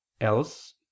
Else